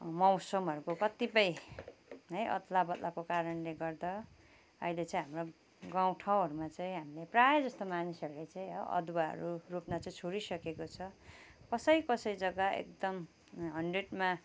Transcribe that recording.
मौसमहरू को कतिपय है अदला बदलाको कारणले गर्दा अहिले चाहिँ हाम्रो गाउँ ठाउँहरूमा चाहिँ अहिले प्राय जस्तो मान्छेहरूले चाहिँ अदुवाहरू रोप्न चाहिँ छोडिसकेको छ कसै कसै जग्गा एकदम हन्ड्रेडमा